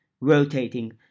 rotating